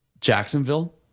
Jacksonville